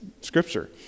scripture